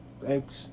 Thanks